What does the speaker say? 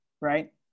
right